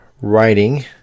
writing